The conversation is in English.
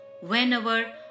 Whenever